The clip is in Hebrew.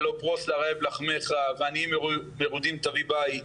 "הלוא פרוס לרעב לחמך ועניים מרודים תביא בית,